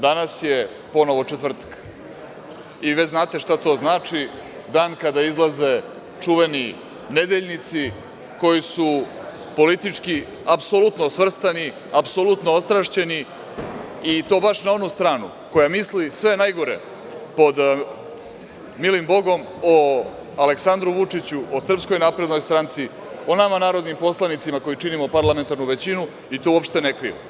Danas je ponovo četvrtak i već znate šta to znači, dan kada izlaze čuveni nedeljnici koji su politički apsolutno svrstani, apsolutno ostrašćeni, i to baš na onu stranu koja misli sve najgore pod milim Bogom o Aleksandru Vučiću, o SNS, o nama narodnim poslanicima koji činimo parlamentarnu većinu i to uopšte ne kriju.